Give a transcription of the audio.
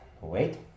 wait